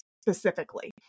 specifically